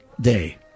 day